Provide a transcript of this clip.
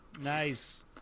nice